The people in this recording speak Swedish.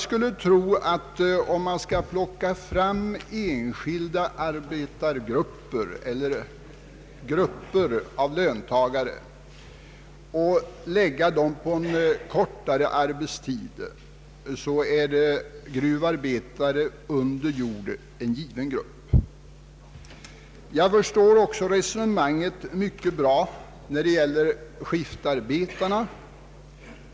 Skall man plocka fram enskilda arbetargrupper eller grupper av löntagare som det kan vara rimligt att ge en kortare arbetstid, tror jag att gruvarbetare under jord är en given grupp. Jag förstår också mycket bra resonemanget om skiftarbetarna.